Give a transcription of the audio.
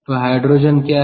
तो हाइड्रोजन क्या है